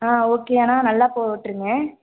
ஆ okay ஆனால் நல்லா போட்டிருங்க